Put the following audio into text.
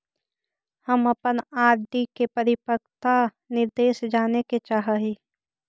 हम अपन आर.डी के परिपक्वता निर्देश जाने के चाह ही